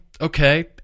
Okay